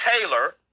Taylor